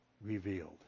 revealed